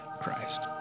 Christ